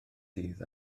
dydd